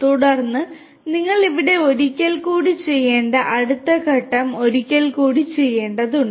തുടർന്ന് നിങ്ങൾ ഇവിടെ ഒരിക്കൽ കൂടി ചെയ്യേണ്ട അടുത്ത ഘട്ടം ഒരിക്കൽ കൂടി ചെയ്യേണ്ടതുണ്ട്